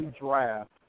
draft